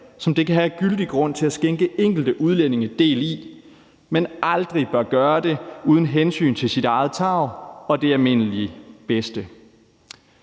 som det kan have gyldig grund til at skænke enkelte udlændinge del i, men bør aldrig gøre det uden hensyn til sit eget tarv og det almindelige bedste.